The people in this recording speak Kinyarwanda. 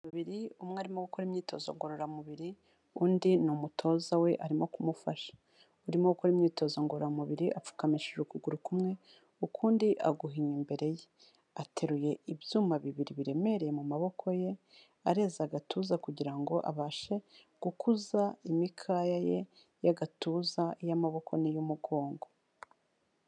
Babiri umwe arimo gukora imyitozo ngororamubiri undi ni umutoza we arimo kumufasha, urimo gukora imyitozo ngororamubiri apfukamishije ukuguru kumwe ukundi aguhinnye imbere ye, ateruye ibyuma bibiri biremereye mu maboko ye, areze agatuza kugira ngo abashe gukuza imikaya ye y'agatuza, iy'amaboko n'iy'umugongo.